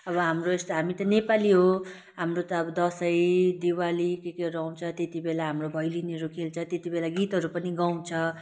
अब हाम्रो यस्तो हामी त नेपाली हो हाम्रो त अब दसैँ दिवाली के केहरू आउँछ त्यति बेला हाम्रो भैलेनीहरू खेल्छ त्यति बेला गीतहरू पनि गाउँछ